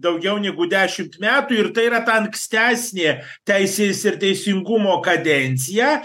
daugiau negu dešimt metų ir tai yra ta ankstesnė teisės ir teisingumo kadencija